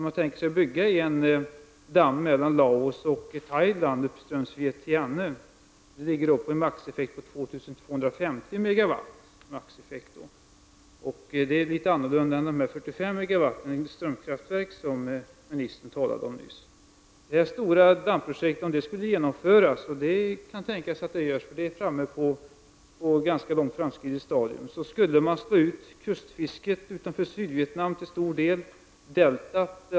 Man avser att bygga en damm mellan Laos och Thailand uppströms Vientiane. Det projektet får en maximieffekt på 2 250 MW. Det är något annat än de 45 MW i ett strömkraftverk som ministern nyss talat om. Om det stora dammprojektet genomförs — planerna är ganska långt framskridna — skulle man till stor del slå ut kustfisket utanför Sydvietnam.